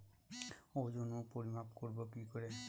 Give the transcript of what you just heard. ওজন ও পরিমাপ করব কি করে?